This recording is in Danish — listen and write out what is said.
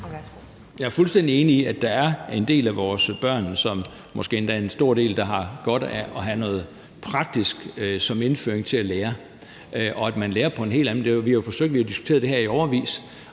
Jeg er fuldstændig enig i, at der er en del af vores børn – måske endda en stor del – der har godt af at have noget praktisk som indføring til at lære, og at man lærer på en helt anden måde. Vi har jo diskuteret det her i årevis;